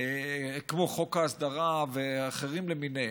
כמו חוק ההסדרה ואחרים למיניהם.